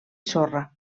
sorra